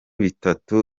bitatu